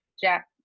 jack